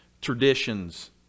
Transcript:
traditions